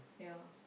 ya